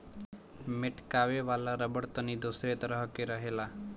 मेटकावे वाला रबड़ तनी दोसरे तरह के रहेला